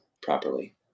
properly